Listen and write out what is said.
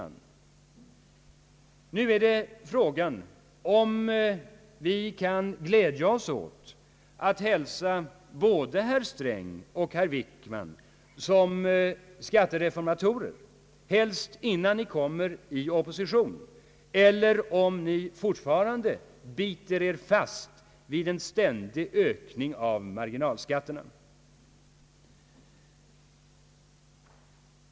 Nu är frågan om vi kan glädja oss åt att hälsa både herr Sträng och herr Wickman som skattereformatorer, helst innan ni kommer i opposition, eller om ni fortfarande biter er fast vid en ständig ökning av marginalskatterna.